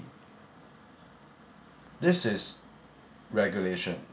this is regulation